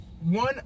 One